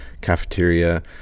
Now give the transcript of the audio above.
cafeteria